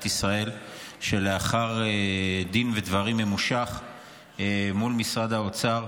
ישראל שלאחר דין ודברים ממושך מול משרד האוצר,